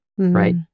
Right